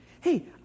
Hey